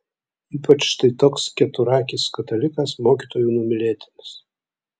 ypač štai toks keturakis kalikas mokytojų numylėtinis